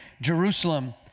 Jerusalem